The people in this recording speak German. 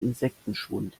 insektenschwund